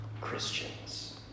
Christians